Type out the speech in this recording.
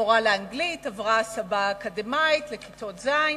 מורה לאנגלית, עברה הסבה אקדמית להוראה